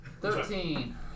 Thirteen